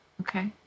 Okay